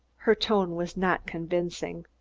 her tone was not convincing.